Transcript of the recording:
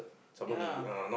ya